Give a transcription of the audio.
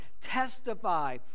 testify